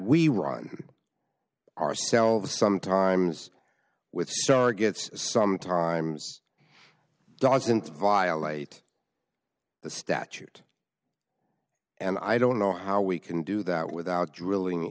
on ourselves sometimes with starr gets sometimes doesn't violate the statute and i don't know how we can do that without drilling